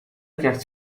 krijgt